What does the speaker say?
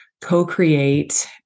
co-create